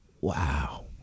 wow